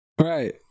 Right